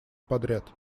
подряд